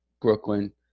Brooklyn